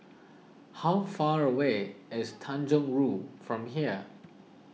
how far away is Tanjong Rhu from here